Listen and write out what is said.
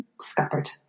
scuppered